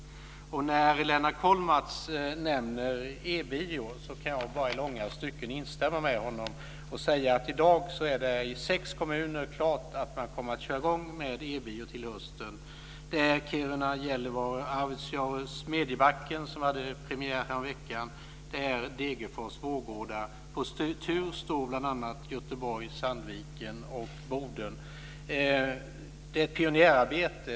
När Lennart Kollmats nämner e-bio kan jag bara i långa stycken instämma med honom och säga att i dag är det i sex kommuner klart att man kommer att köra i gång med e-bio till hösten. Det är Kiruna, Gällivare, Arvidsjaur, Smedjebacken - som hade premiär häromveckan - Degerfors och Vårgårda. På tur står bl.a. Göteborg, Sandviken och Boden. Det är ett pionjärarbete.